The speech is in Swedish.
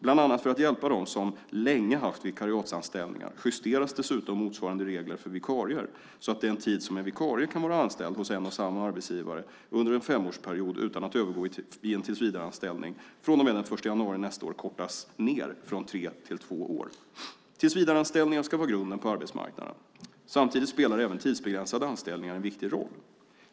Bland annat för att hjälpa dem som länge haft vikariatsanställningar justeras dessutom motsvarande regler för vikarier så att den tid som en vikarie kan vara anställd hos en och samma arbetsgivare under en femårsperiod utan att övergå i en tillsvidareanställning från och med den 1 januari nästa år kortas ned från tre till två år. Tillsvidareanställningar ska vara grunden på arbetsmarknaden. Samtidigt spelar även tidsbegränsade anställningar en viktig roll.